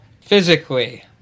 physically